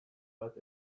bat